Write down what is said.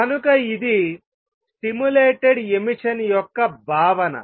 కనుక ఇది stimulated emission యొక్క భావన